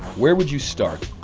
where would you start?